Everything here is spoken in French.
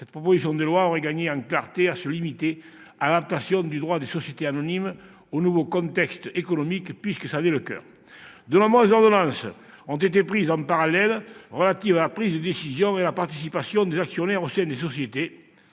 cette proposition de loi aurait gagné en clarté en se limitant à l'adaptation du droit des sociétés anonymes au nouveau contexte économique, puisque ce sujet en est le coeur. De nombreuses ordonnances ont été prises en parallèle, comme les ordonnances ayant trait à la prise de décision et la participation des actionnaires au sein des sociétés